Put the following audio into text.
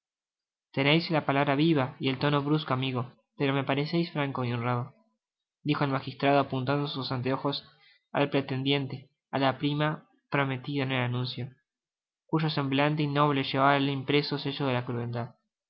la palabra viva y el tono brusco amigo pero me pareceis franco y honrado dijo el magistrado apuntando sus anteojos al pretendiente á la prima prometida en el anuncio cuyo semblante innoble llevaba impreso el sello de la